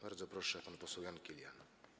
Bardzo proszę, pan poseł Jan Kilian.